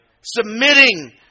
Submitting